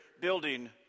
building